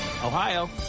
Ohio